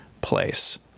place